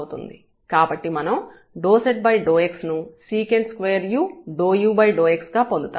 కాబట్టి మనం ∂z∂x ను sec2u∂u∂x గా పొందుతాము